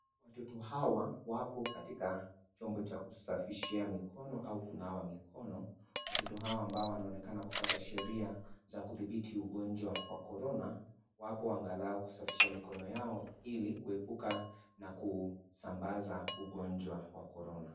Watoto hawa wapo katika chombo cha kusafishia mikono au kunawa mikono. Watoto hao ambao wanaonekana kufuata Sheria za kudhibithi ugonjwa wa Korona, wapo angalau kusafishia mikono Yao Ili kuepuka na kusambaza ugonjwa wa Korona.